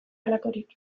halakorik